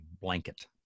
blanket